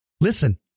listen